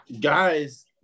guys